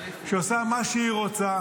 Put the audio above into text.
שעושה מה שהיא רוצה.